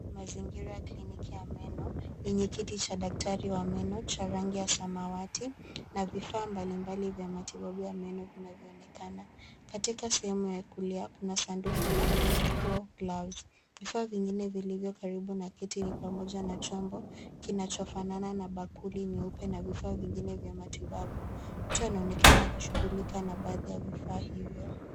Mazingira ya kliniki ya meno yenye kiti cha daktari wa meno cha rangi ya samawati na vifaa mbalimbali vya matibabu ya meno vinavyoonekana. Katika sehemu ya kulia kuna sanduku la pro gloves. Vifaa vingine vilivyo karibu na kiti ni pamoja na chombo kinachofanana na bakuli nyeupe na vifaa vingine vya matibabu. Mtu anaonekana akishughulika na baadhi ya vifaa hivyo.